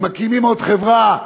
מקימים עוד חברה,